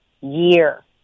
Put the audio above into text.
year